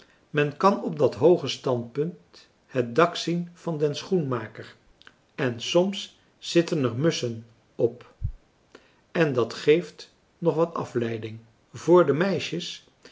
men kan op dat hooge standpunt het dak zien van den schoenmaker en soms zitten er musschen op en dat geeft nog wat afleiding voor de meisjes